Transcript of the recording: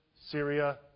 Syria